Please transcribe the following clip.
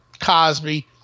Cosby